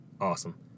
Awesome